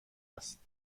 است